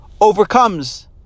overcomes